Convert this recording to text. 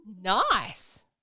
Nice